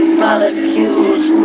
molecules